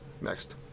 next